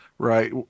Right